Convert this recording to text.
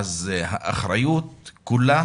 האחריות כולה